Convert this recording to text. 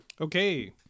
Okay